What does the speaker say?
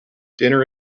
dinner